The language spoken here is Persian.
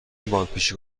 باندپیچی